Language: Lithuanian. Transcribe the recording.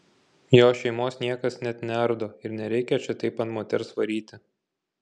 jo šeimos niekas net neardo ir nereikia čia taip ant moters varyti